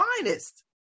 finest